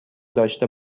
داشته